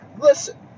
Listen